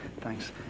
Thanks